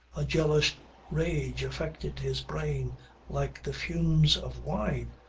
a jealous rage affected his brain like the fumes of wine,